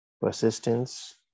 Persistence